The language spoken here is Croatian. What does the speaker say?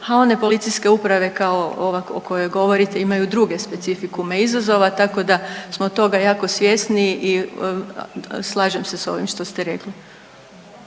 a one policijske uprave kao ova o kojoj govorite imaju druge specifikume izazova. Tako da smo toga jako svjesni i slažem se s ovim što ste rekli.